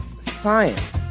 science